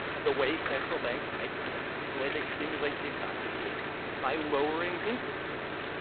and the way central banks fight recessions, the way they stimulate the economy is by lowering interest rates.